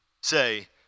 say